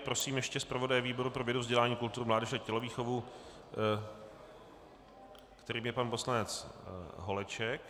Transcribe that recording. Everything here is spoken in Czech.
Prosím ještě zpravodaje výboru pro vědu, vzdělání, kulturu, mládež a tělovýchovu, kterým je pan poslanec Holeček.